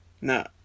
No